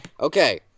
Okay